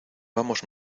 vamos